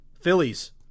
Phillies